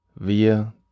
wir